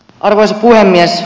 arvoisa puhemies